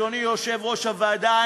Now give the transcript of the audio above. אדוני יושב-ראש הוועדה,